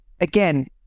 again